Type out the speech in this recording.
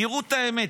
תראו את האמת,